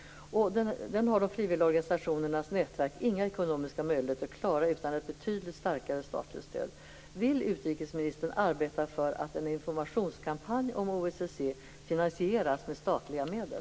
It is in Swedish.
En sådan har de frivilliga organisationernas nätverk inga ekonomiska möjligheter att klara utan ett betydligt starkare statligt stöd. Vill utrikesministern arbeta för att en informationskampanj om OSSE finansieras med statliga medel?